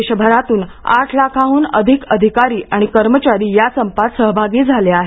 देशभरातून आठ लाखाहून अधिक अधिकारी कर्मचारी या संपात सहभागी झाले आहेत